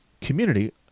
community